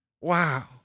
Wow